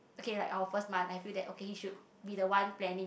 okay like our first month I feel that okay you should be the one planning